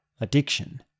addiction